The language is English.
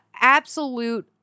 absolute